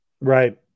Right